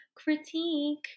critique